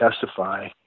testify